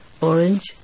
orange